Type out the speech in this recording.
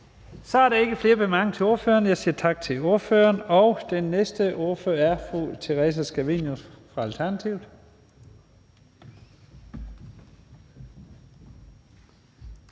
Så er der ikke flere korte bemærkninger til ordføreren, og jeg siger tak til ordføreren. Den næste ordfører er fru Theresa Scavenius fra Alternativet.